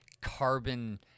carbon